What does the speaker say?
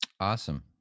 Awesome